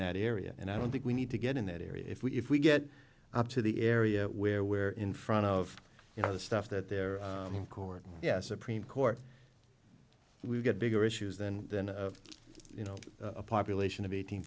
that area and i don't think we need to get in that area if we if we get up to the area where where in front of you know the stuff that they're in court yes supreme court we've got bigger issues than you know a population of eighteen